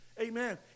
Amen